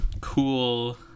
Cool